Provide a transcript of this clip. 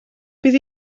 bydd